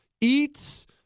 eats